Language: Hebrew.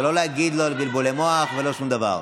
ולא להגיד לו בלבולי מוח ולא שום דבר.